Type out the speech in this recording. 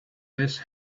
this